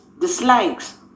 dislikes